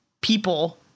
People